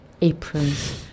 aprons